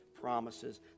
promises